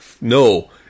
No